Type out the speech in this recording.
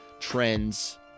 trends